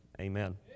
Amen